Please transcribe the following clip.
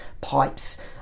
pipes